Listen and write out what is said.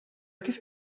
kif